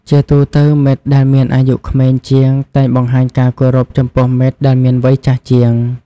ជាទូទៅមិត្តដែលមានអាយុក្មេងជាងតែងបង្ហាញការគោរពចំពោះមិត្តដែលមានវ័យចាស់ជាង។